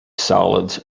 solids